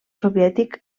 soviètic